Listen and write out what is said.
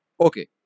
Okay